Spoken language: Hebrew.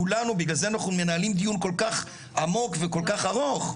כולנו כאן למען זה ובגלל זה אנחנו מנהלים דיון כל כך עמוק וכל כך ארוך,